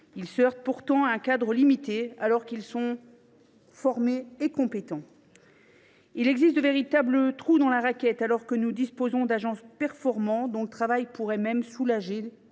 Ils se heurtent pourtant aux contraintes d’un cadre limité, alors qu’ils sont formés et compétents. Il existe des trous dans la raquette, alors que nous disposons d’agents performants, dont le travail pourrait même soulager